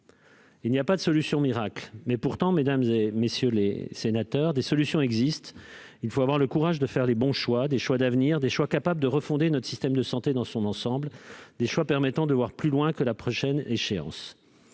Il n'y a pas de solution miracle. Pourtant, mesdames, messieurs les sénateurs, des solutions existent. Il faut avoir le courage de faire les bons choix, des choix d'avenir, des choix susceptibles de refonder notre système de santé dans son ensemble, des choix permettant de voir plus loin que la prochaine échéance.